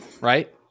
right